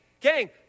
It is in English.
gang